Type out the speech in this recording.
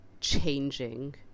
changing